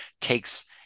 takes